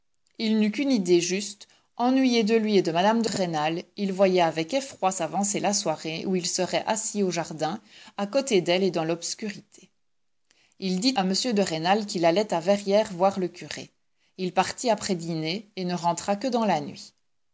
il n'eut qu'une idée juste ennuyé de lui et de mme de rênal il voyait avec effroi s'avancer la soirée où il serait assis au jardin à côté d'elle et dans l'obscurité il dit à m de rênal qu'il allait à verrières voir le curé il partit après dîner et ne rentra que dans la nuit